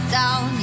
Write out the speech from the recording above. down